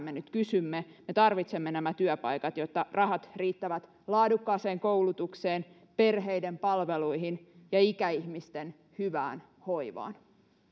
me nyt kysymme me tarvitsemme nämä työpaikat jotta rahat riittävät laadukkaaseen koulutukseen perheiden palveluihin ja ikäihmisten hyvään hoivaan